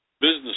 business